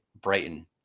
Brighton